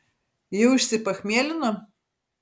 jau išsipachmielino